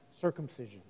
circumcision